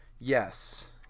Yes